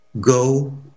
go